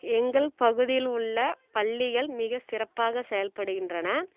எங்கள் பகுதியில் உள்ள பள்ளிகள் மிக சிறப்பாகச் செயல்படுகின்றன